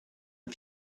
una